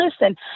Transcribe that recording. listen